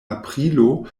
aprilo